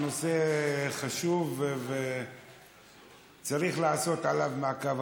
הנושא חשוב וצריך לעשות עליו מעקב,